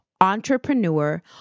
entrepreneur